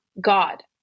God